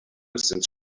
since